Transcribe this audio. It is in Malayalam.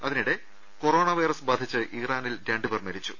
അതിനിടെ കൊറോണ വൈറസ് ബാധിച്ച് ഇറാനിൽ രണ്ട് പേർ മരിച്ചു